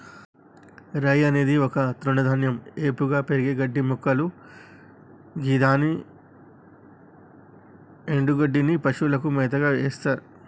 రై అనేది ఒక తృణధాన్యం ఏపుగా పెరిగే గడ్డిమొక్కలు గిదాని ఎన్డుగడ్డిని పశువులకు మేతగ ఎత్తర్